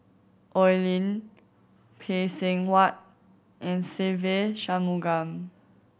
Oi Lin Phay Seng Whatt and Se Ve Shanmugam